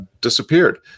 disappeared